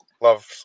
love